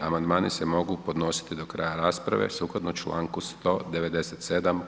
Amandmani se mogu podnositi do kraja rasprave sukladno članku 197.